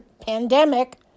pandemic